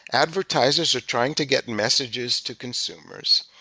advertisers are trying to get messages to consumers,